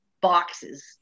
boxes